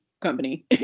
company